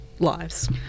lives